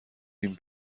این